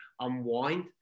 unwind